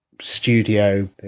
Studio